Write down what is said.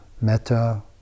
metta